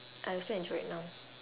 I still enjoy it now